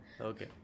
Okay